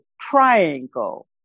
triangle